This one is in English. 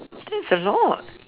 that's a lot